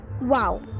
Wow